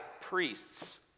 priests